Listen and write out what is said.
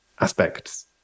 aspects